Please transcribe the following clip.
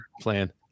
plan